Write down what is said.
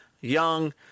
Young